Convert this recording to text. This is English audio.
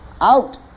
out